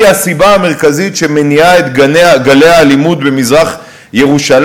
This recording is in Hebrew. הסיבה המרכזית שמניעה את גלי האלימות במזרח-ירושלים?